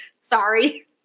sorry